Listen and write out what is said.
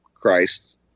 christ